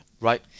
Right